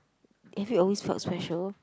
have you always felt special